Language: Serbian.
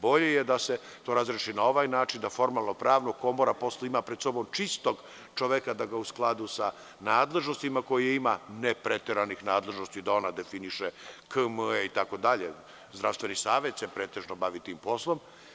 Bolje je da se to razreši na ovaj način, formalno pravno, da Komora posle pre sobom ima čistog čoveka da ga u skladu sa nadležnostima koje ima, ne preteranih nadležnosti da ona definiše KME itd, Zdravstveni savet se pretežno bavi tim poslom.